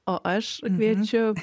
o aš kviečiu